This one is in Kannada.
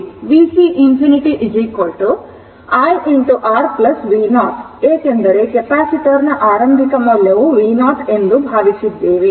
vc infinity I R v0 ಏಕೆಂದರೆ ಕೆಪಾಸಿಟರ್ನ ಆರಂಭಿಕ ಮೌಲ್ಯವು v0 ಎಂದು ಭಾವಿಸಿದ್ದೇವೆ